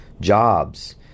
jobs